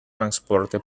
transporte